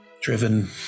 ...driven